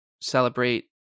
celebrate